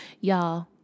Y'all